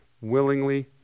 willingly